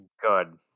Good